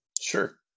Sure